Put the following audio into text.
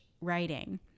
writing